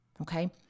Okay